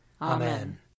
Amen